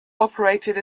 operated